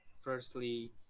firstly